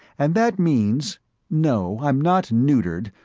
and that means no, i'm not neutered,